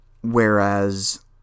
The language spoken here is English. whereas